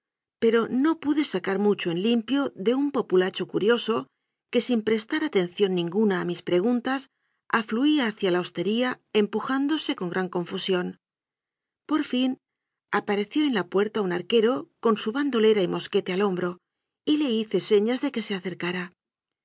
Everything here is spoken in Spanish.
pero no pude sacar mu cho en limpio de un populacho curioso que sin prestar atención ninguna a mis preguntas afluía hacia la hostería empujándose con gran confusión por fin apareció en la puerta un arquero con su bandolera y mosquete al hombro y le hice señas de que se acercara